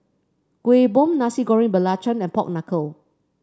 Kuih Bom Nasi Goreng Belacan and Pork Knuckle